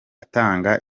atanga